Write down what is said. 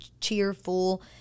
cheerful